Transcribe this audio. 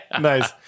Nice